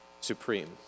supreme